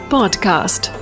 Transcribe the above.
Podcast